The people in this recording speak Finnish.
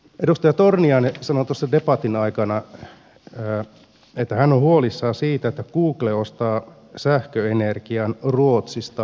edustaja torniainen sanoi tuossa debatin aikana että hän on huolissaan siitä että google ostaa sähköenergian ruotsista tuulivoimaloista